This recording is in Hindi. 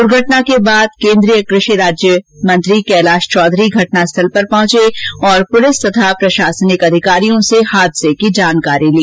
दुर्घटना के बाद केन्द्रीय कृषि राज्यमंत्री कैलाश चौधरी घटनास्थल पर पहंचे और पुलिस और प्रशासनिक अधिकारियों से हादसे की जानकारी ली